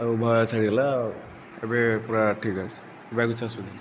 ଆଉ ଭୟ ଛାଡ଼ିଗଲା ଏବେ ପୁରା ଠିକ୍ ଅଛି ଏବେ ଆଉ କିଛି ଅସୁବିଧା ନାହିଁ